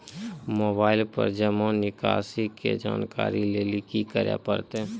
Mobile पर जमा निकासी के जानकरी लेली की करे परतै?